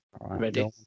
ready